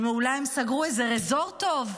אולי הם סגרו איזה ריזורט טוב.